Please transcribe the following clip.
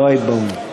לא היית באולם.